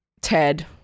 ted